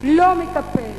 לא יטפל